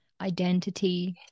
identity